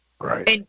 Right